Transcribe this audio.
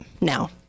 now